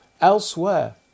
Elsewhere